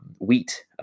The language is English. wheat